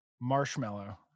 Marshmallow